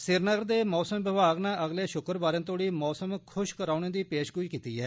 श्रीनगर दे मौसम विभाग नै अगले शुक्रवारें तोड़ी मौसम खुश्क रौहने दी पेशगोइ कीती ऐ